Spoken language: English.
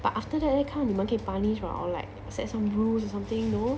but after that leh 看到你们可以 punish [what] or like set some rules or something no